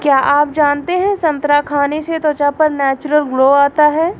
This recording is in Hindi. क्या आप जानते है संतरा खाने से त्वचा पर नेचुरल ग्लो आता है?